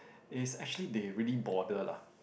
is actually they really bother lah